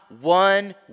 one